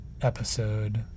episode